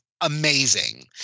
amazing